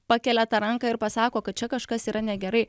pakelia tą ranką ir pasako kad čia kažkas yra negerai